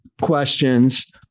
questions